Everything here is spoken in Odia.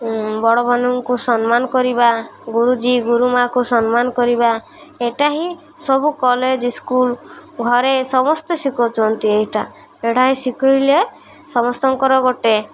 ବଡ଼ମାନଙ୍କୁ ସମ୍ମାନ କରିବା ଗୁରୁଜୀ ଗୁରୁମାକୁ ସମ୍ମାନ କରିବା ଏଇଟା ହିଁ ସବୁ କଲେଜ ସ୍କୁଲ ଘରେ ସମସ୍ତେ ଶିଖଉଛନ୍ତି ଏଇଟା ଏଇଟା ହି ଶିଖାଇଲେ ସମସ୍ତଙ୍କର ଗୋଟେ